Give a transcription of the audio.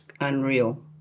unreal